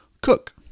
cook